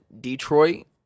Detroit